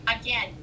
again